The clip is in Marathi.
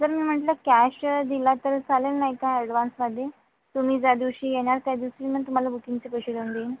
जर मी म्हटलं कॅश दिला तर चालेल नाही का अडवांसमध्ये तुम्ही ज्या दिवशी येणार त्या दिवशी मी तुम्हाला बुकिंगचे पैसे देऊन देईन